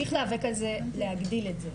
נמשיך להיאבק על זה להגדיל את זה.